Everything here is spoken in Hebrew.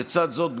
לצד זאת,